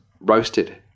roasted